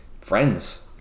friends